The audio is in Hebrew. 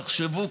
תחשבו,